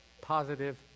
positive